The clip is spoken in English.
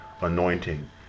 anointing